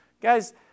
Guys